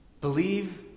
Believe